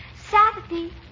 Saturday